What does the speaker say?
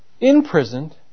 imprisoned